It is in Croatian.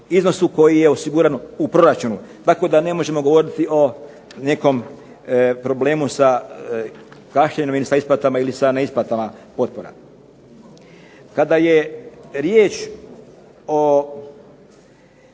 iznosu koji je osiguran u proračunu. Tako da ne možemo govoriti o nekom problemu sa ... sa isplatama ili sa ne isplatama potpora. Kada je riječ o